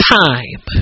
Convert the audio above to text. time